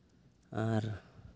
ᱟᱨ